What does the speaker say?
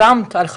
חלמת על חתונה,